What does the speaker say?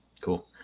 Cool